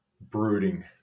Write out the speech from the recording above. brooding